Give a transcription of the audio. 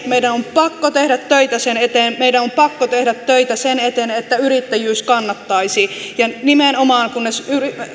meidän on pakko tehdä töitä sen eteen meidän on pakko tehdä töitä sen eteen että yrittäjyys kannattaisi nimenomaan kunnes